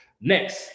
Next